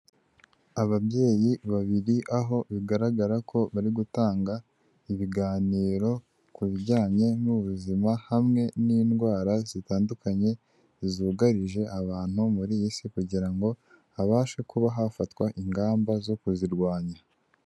Ababyeyi babiri aho bigaragara ko bari gutanga ibiganiro ku bijyanye n'ubuzima hamwe n'indwara zitandukanye zugarije abantu muri iyi Isi, kugira ngo habashe kuba hafatwa ingamba zo kuzirwanya.